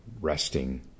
Resting